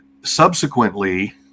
Subsequently